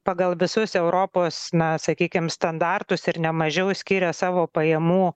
pagal visus europos na sakykim standartus ir ne mažiau skiria savo pajamų